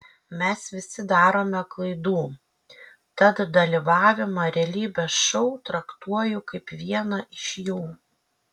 mes visi darome klaidų tad dalyvavimą realybės šou traktuoju kaip vieną iš jų